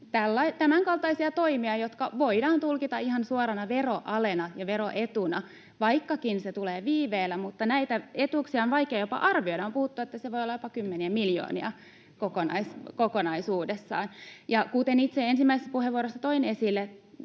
tämänkaltaisia toimia, jotka voidaan tulkita ihan suorana veroalena ja veroetuna, vaikkakin se tulee viiveellä, mutta näitä etuuksia on vaikea jopa arvioida. On puhuttu, että se voi olla jopa kymmeniä miljoonia kokonaisuudessaan. [Juho Eerola: Eikö se ole vaan hyvä,